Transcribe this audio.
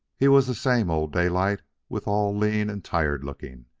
he was the same old daylight, withal lean and tired-looking,